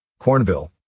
Cornville